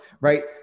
right